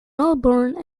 melbourne